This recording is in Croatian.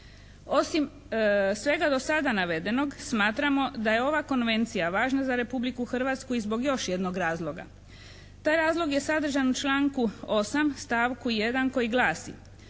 Osim svega do sada navedenog smatramo da je ova Konvencija važna za Republiku Hrvatsku i zbog još jednog razloga. Taj razlog je sadržan u članku 8. stavku 1. koji glasi: